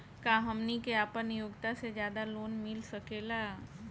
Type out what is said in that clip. का हमनी के आपन योग्यता से ज्यादा लोन मिल सकेला?